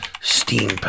Steam